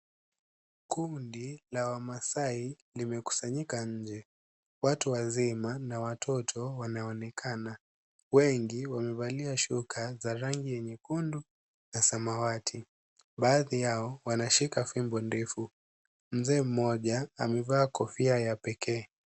Kundi la wamasai limekusanyika nje .Watu wazima na watoto wanaonekana .Wengi wamevalia shuka za rangi ya nyekundu na samawati ,baadhi Yao wanashika fimbo ndefu. mzee Mmoja amevaa kofia ya pekee.